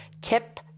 tip